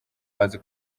azi